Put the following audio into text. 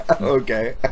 Okay